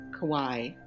Kauai